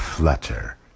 Flutter